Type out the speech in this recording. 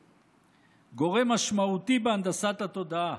כפי שהזכרתי קודם, גורם משמעותי בהנדסת התודעה